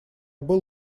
был